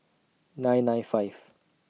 nine nine five